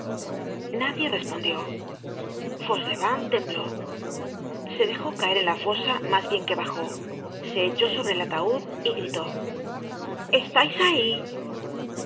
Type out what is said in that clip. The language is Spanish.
generated at fauchelevent tembló se dejó caer en la fosa mas bien que bajó se echó sobre el ataud y gritó estais ahí